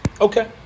Okay